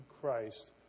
Christ